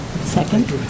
Second